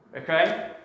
Okay